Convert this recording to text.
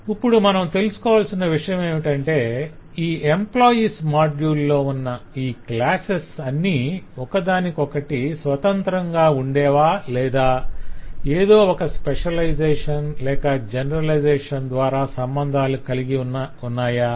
ఇప్పుడు మనం తెలుసుకోవాల్సిన విషయమేమిటంటే ఈ ఎంప్లాయిస్ మాడ్యుల్ లో ఉన్న ఈ క్లాసెస్ అన్ని ఒకదానికొకటి స్వతంత్రంగా ఉండేవా లేదా ఏదో ఒక స్పెషలైజేషన్ లేక జెనేరలైజేషన్ ద్వార సంబంధాలు కలిగియున్నవా అని